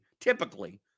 typically